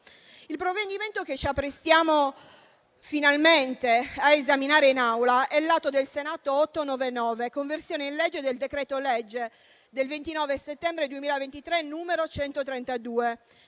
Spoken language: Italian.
Il provvedimento che ci apprestiamo, finalmente, ad esaminare in Aula è l'Atto Senato 899, conversione in legge del decreto-legge 29 settembre 2023, n. 132,